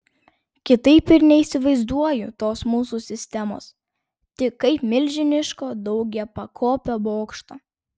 kitaip ir neįsivaizduoju tos mūsų sistemos tik kaip milžiniško daugiapakopio bokšto